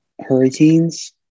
Hurricanes